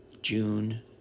June